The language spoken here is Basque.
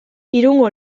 irungo